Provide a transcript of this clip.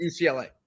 UCLA